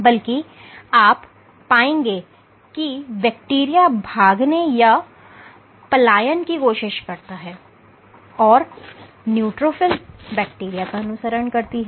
बल्कि आप पाएंगे कि बैक्टीरिया भागने या पलायन की कोशिश करता है और न्यूट्रोफिल बैक्टीरिया का अनुसरण करती है